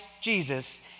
Jesus